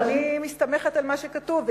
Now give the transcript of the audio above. אבל אני מסתמכת על מה שכתוב.